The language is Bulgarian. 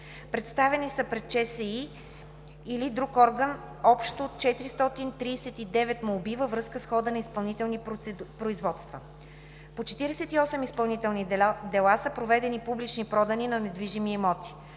Представени пред ЧСИ/ДСИ или друг орган са общо 439 молби във връзка с хода на изпълнителни производства. По 48 изпълнителни дела са проведени публични продани на недвижими имоти.